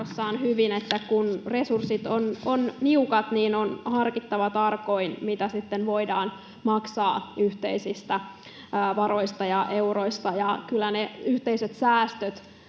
hyvin, että kun resurssit ovat niukat, niin on harkittava tarkoin, mitä sitten voidaan maksaa yhteisistä varoista ja euroista, ja kyllä mitä